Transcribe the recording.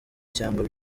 cyangwa